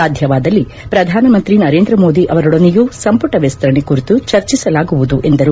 ಸಾಧ್ಯವಾದಲ್ಲಿ ಪ್ರಧಾನಮಂತ್ರಿ ನರೇಂದ್ರ ಮೋದಿ ಅವರೊಡನೆಯೂ ಸಂಪುಟ ವಿಸ್ತರಣೆ ಕುರಿತು ಚರ್ಚಿಸಲಾಗುವುದು ಎಂದರು